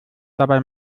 dabei